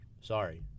sorry